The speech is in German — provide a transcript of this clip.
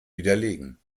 widerlegen